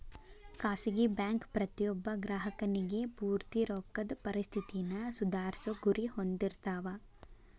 ಖಾಸಗಿ ಬ್ಯಾಂಕ್ ಪ್ರತಿಯೊಬ್ಬ ಗ್ರಾಹಕನಿಗಿ ಪೂರ್ತಿ ರೊಕ್ಕದ್ ಪರಿಸ್ಥಿತಿನ ಸುಧಾರ್ಸೊ ಗುರಿ ಹೊಂದಿರ್ತಾವ